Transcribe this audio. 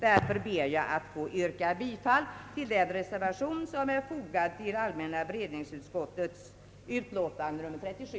Därför ber jag att få yrka bifall till den reservation som är fogad till allmänna beredningsutskottets utlåtande nr 37.